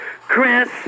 Chris